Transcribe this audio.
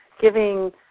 giving